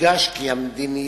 יודגש כי המדיניות